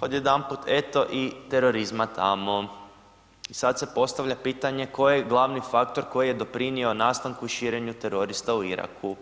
odjedanput eto i terorizma tamo i sad se postavlja pitanje tko je glavni faktor koji je doprinio nastanku i širenju terorista u Iraku?